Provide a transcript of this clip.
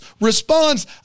responds